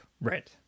Right